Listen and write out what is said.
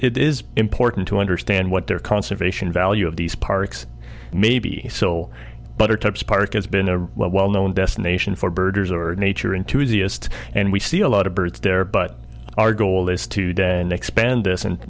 it is important to understand what their conservation value of these parks maybe so but are types park has been a well known destination for birders or nature into easiest and we see a lot of birds there but our goal is to day and expand this and